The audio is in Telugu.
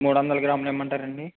మూడు వందలు గ్రాములు ఇమ్మంటారా అండి